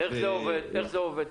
איך זה עובד?